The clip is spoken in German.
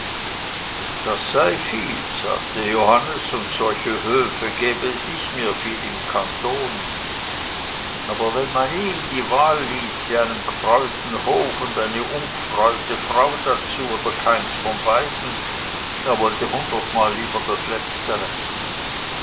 das sei viel sagte johannes und solche höfe gebe es nicht mehr viel im kanton aber wenn man ihm die wahl ließe einen gfreuten hof und eine ungfreuti frau dazu oder keins von beiden er wollte hundertmal lieber das letztere